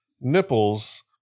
nipples